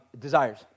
Desires